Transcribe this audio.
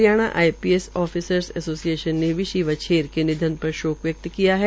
Haryana IPS officer association ने भी श्री वछेर के निधन पर शो व्यक्त किया है